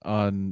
on